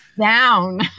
Down